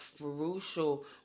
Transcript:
crucial